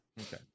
okay